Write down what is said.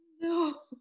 No